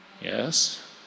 Yes